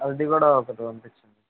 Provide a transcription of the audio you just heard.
అది కూడా ఒకటి పంపించు